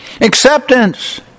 Acceptance